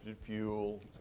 fuel